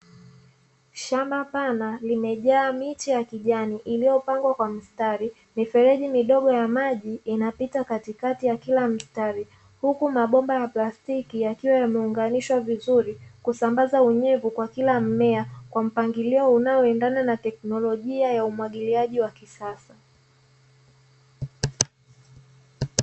Shamba pana limejaa miche ya kijani iliyopangwa kwa mstari. Mifereji midogo ya maji inapita katikati ya kila mstari, huku mabomba ya plastiki yakiwa yameunganishwa vizuri kusambaza unyevu kwa kila mmea kwa mpangilio unaoendana na teknolojia ya umwagiliaji wa kisasa.